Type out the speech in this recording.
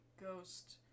ghost